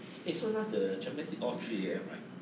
eh so now the champions league all three A_M right